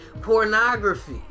pornography